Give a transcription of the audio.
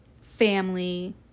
family